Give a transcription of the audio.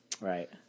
Right